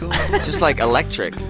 just, like, electric,